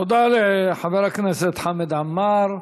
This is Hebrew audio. תודה לחבר הכנסת חמד עמאר.